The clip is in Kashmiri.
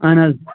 اہن حظ